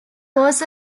was